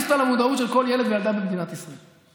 אותה למודעות של כל ילד וילדה במדינת ישראל.